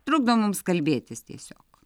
trukdo mums kalbėtis tiesiog